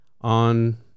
on